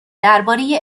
درباره